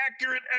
accurate